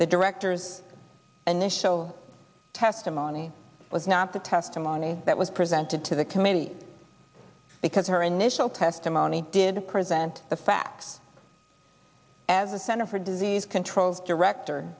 the directors nissho testimony was not the testimony that was presented to the committee because her initial testimony did present the facts as a center for disease control's director